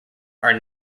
are